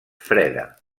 freda